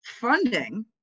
funding